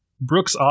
Brooks